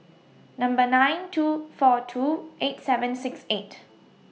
Number nine two four two eight seven six eight